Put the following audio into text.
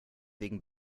wegen